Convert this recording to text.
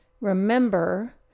remember